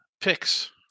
Picks